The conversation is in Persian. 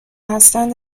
هستند